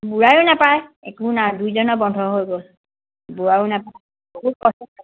বুঢ়ায়েও নেপায় একো নাই দুইজনৰ বন্ধ হৈ গ'ল বুঢ়াৰােও নাপায় বহুত কষ্ট